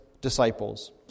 disciples